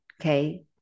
okay